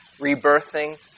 Rebirthing